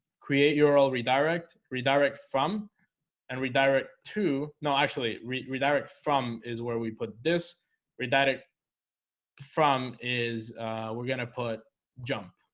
create yeah url redirect redirect from and redirect to no actually redirect from is where we put this weird from is we're gonna put jump